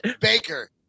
Baker